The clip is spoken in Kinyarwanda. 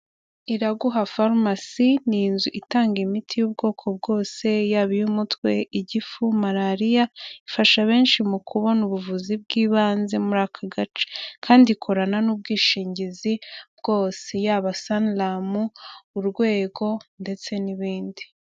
Iraguha farurmasi: ni inzu itanga imiti y'ubwoko bwose , yaba iy'umutwe, igifu, malariya, ifasha benshi mu kubona ubuvuzi bw'ibanze muri aka gace, kandi ikorana n'ubwishingizi bwose yaba Sanram, Urwego ndetse n'ibindi.